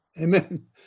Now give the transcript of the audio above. Amen